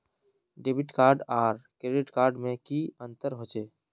Debit card आर credit card में की अंतर होचे?